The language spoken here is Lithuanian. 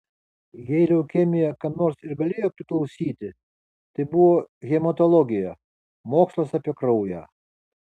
jei leukemija kam nors ir galėjo priklausyti tai buvo hematologija mokslas apie kraują